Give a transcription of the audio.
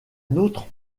nôtre